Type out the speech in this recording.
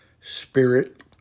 spirit